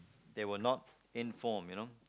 they were not informed you know